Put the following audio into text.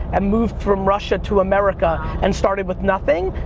and moved from russia to america and started with nothing.